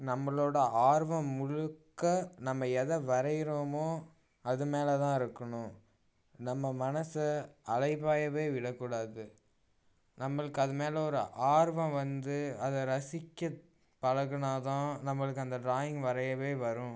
நம்மளோடய ஆர்வம் முழுக்க நம்ம எதை வரையிரமோ அதன் மேலே தான் இருக்கணும் நம்ம மனசை அலை பாயவே விடக்கூடாது நம்மளுக்கு அது மேல ஒரு ஆர்வம் வந்து அத ரசிக்க பழகன தான் நம்மளுக்கு அந்த ட்ராயிங் வரையவே வரும்